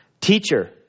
Teacher